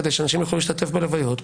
כדי שאנשים יוכלו להשתתף בלוויות.